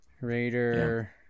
Raider